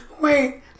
Wait